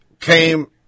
came